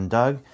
Doug